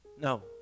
No